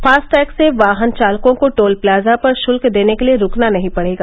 FASTag से वाहन चालकों को टोल प्लाजा पर शुल्क देने के लिए रूकना नहीं पड़ेगा